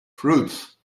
fruits